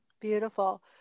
Beautiful